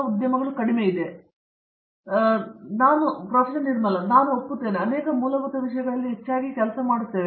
ನಿರ್ಮಲ ನಾನು ನಿಮ್ಮೊಂದಿಗೆ ಒಪ್ಪುತ್ತೇನೆ ನಾವು ಅನೇಕ ಮೂಲಭೂತ ವಿಷಯಗಳಲ್ಲಿ ಹೆಚ್ಚಾಗಿ ಕೆಲಸ ಮಾಡುತ್ತೇವೆ